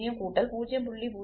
0 கூட்டல் 0